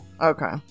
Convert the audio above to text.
Okay